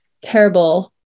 terrible